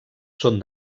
són